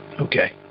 okay